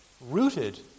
rooted